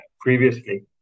previously